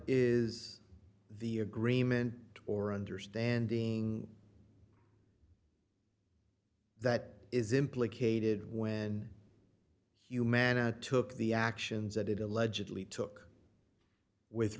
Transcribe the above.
is the agreement or understanding that is implicated when you manage to the actions that it allegedly took with